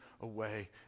away